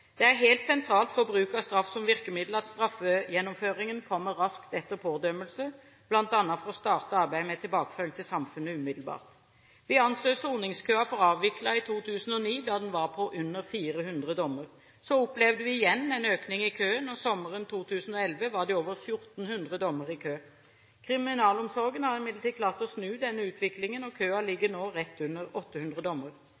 Det er helt sentralt for bruk av straff som virkemiddel at straffegjennomføringen kommer raskt etter pådømmelse, bl.a. for å starte arbeidet med tilbakeføring til samfunnet umiddelbart. Vi anså soningskøen for avviklet i 2009, da den var på under 400 dommer. Så opplevde vi igjen en økning i køen, og sommeren 2011 var det over 1 400 dommer i kø. Kriminalomsorgen har imidlertid klart å snu denne utviklingen, og køen ligger nå rett under 800 dommer.